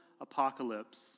apocalypse